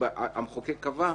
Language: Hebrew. שהמחוקק קבע,